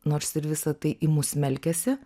nors ir visa tai į mus smelkiasi